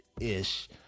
ish